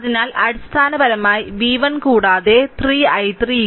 അതിനാൽ അടിസ്ഥാനപരമായി v1 കൂടാതെ 3 i3 v